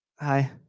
hi